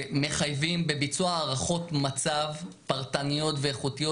מחייבים בביצוע הערכות מצב פרטניות ואיכותיות